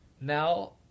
now